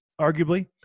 arguably